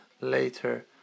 later